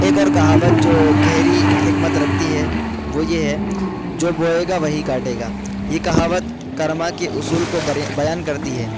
ایک اور کہاوت جو گہری حکمت رکھتی ہے وہ یہ ہے جو بوئے گا وہی کاٹے گا یہ کہاوت کرما کے اصول کو بیان کرتی ہے